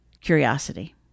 curiosity